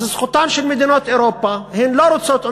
אז זכותן של מדינת אירופה, הן לא רוצות.